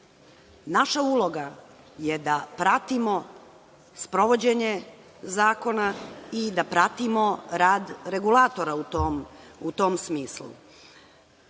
Naša uloga je da pratimo sprovođenje zakona i da pratimo rad regulatora u tom